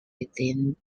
within